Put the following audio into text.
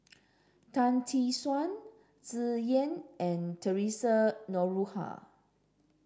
Tan Tee Suan Tsung Yeh and Theresa Noronha